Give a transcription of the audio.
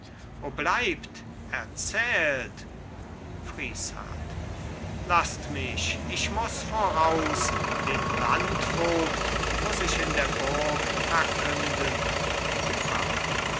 bleibt erzählt friesshardt lasst mich ich muss voraus den landvogt muss ich in der burg verkünden